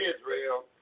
Israel